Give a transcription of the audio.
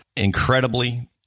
incredibly